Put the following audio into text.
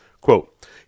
Quote